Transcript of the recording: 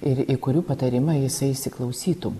ir į kurių patarimą jisai įsiklausytų